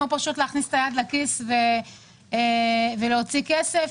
או פשוט להכניס את היד לכיס ולהוציא כסף,